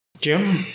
Jim